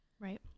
Right